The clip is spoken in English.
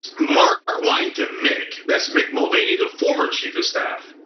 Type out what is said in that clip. mark wine to mick, that's mick mulvaney, the former chief of staff,